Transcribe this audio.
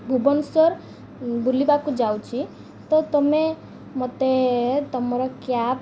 ଭୁବନେଶ୍ୱର ବୁଲିବାକୁ ଯାଉଛି ତ ତୁମେ ମୋତେ ତୁମର କ୍ୟାବ୍